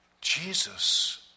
Jesus